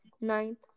Ninth